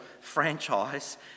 franchise